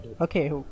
Okay